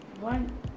one